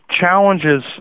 challenges